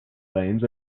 lanes